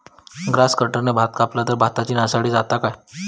Grass कटराने भात कपला तर भाताची नाशादी जाता काय?